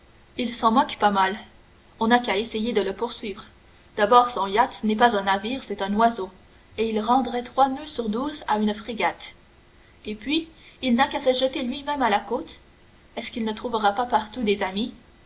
il s'en moque pas mal on n'a qu'à essayer de le poursuivre d'abord son yacht n'est pas un navire c'est un oiseau et il rendrait trois noeuds sur douze à une frégate et puis il n'a qu'à se jeter lui-même à la côte est-ce qu'il ne trouvera pas partout des amis